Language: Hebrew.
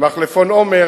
מחלפון עומר,